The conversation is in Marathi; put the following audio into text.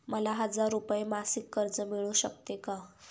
मला हजार रुपये मासिक कर्ज मिळू शकते का?